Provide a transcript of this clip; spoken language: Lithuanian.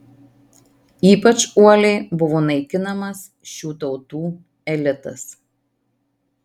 ypač uoliai buvo naikinamas šių tautų elitas